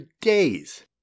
days